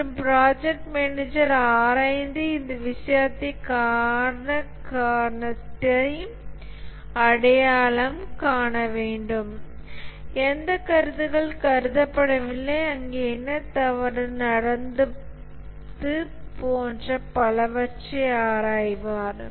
மற்றும் project manager ஆராய்ந்து இந்த வித்தியாசத்தை காண காரணத்தை அடையாளம் காண வேண்டும் எந்த கருத்துக்கள் கருதப்படவில்லை அங்கே என்ன தவறாக நடந்தது போன்ற பலவற்றை ஆராய்வார்